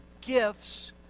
gifts